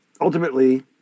ultimately